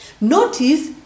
Notice